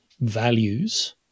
values